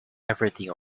everything